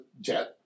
jet